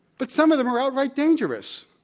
but some of them are outright dangerous.